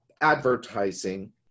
advertising